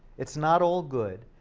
it's not all good.